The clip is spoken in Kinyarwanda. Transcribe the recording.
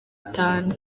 itanu